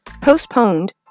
postponed